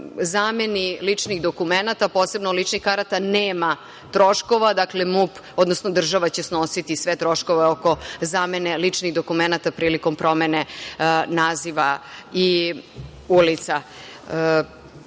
zameni ličnih dokumenata, posebno ličnih karata nema troškova. Dakle, MUP, odnosno država će snositi sve troškove oko zamene ličnih dokumenata prilikom promene naziva ulica. Toliko